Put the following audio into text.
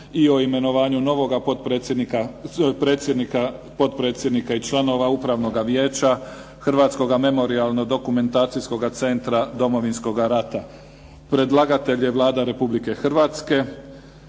i o imenovanju novog predsjednika, potpredsjednika i članova Upravnog vijeća Hrvatskog memorijalno-dokumentacijskog centra Domovinskog rata Predlagatelj je Vlada Republike Hrvatske.